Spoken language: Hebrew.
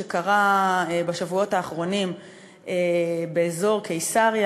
שקרה בשבועות האחרונים באזור קיסריה,